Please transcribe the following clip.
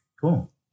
Cool